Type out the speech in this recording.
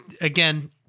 Again